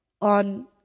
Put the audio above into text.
on